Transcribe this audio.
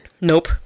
Nope